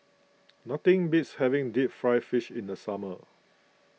nothing beats having Deep Fried Fish in the summer